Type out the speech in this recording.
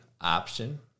Option